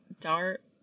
Dart